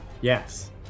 Yes